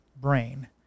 brain